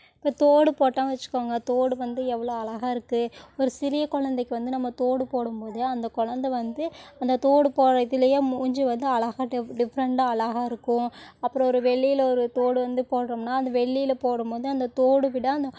இப்போது தோடு போட்டோம் வச்சுக்கோங்க தோடு வந்து எவ்வளோ அழகாக இருக்குது ஒரு சிறிய குழந்தைக்கு வந்து நம்ம தோடு போடும் போது அந்த குழந்த வந்து அந்த தோடும் போடு இதுலேயே மூஞ்சி வந்து அழகாக டிஃப்ரெண்டாக அழகாக இருக்கும் அப்புறம் ஒரு வெள்ளியில் ஒரு தோடு வந்து போடுகிறோம்ன்னா அது வெள்ளியில் போடும் போது அந்த தோடு விட அந்த